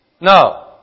No